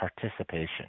participation